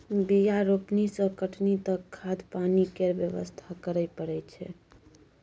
बीया रोपनी सँ कटनी तक खाद पानि केर बेवस्था करय परय छै